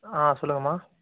ஆ சொல்லுங்கம்மா